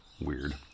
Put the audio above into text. weird